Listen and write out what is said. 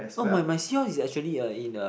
oh my my seahorse is actually eh in a